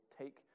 take